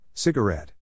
Cigarette